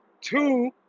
two